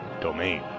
domain